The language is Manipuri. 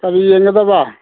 ꯀꯔꯤ ꯌꯦꯡꯒꯗꯕ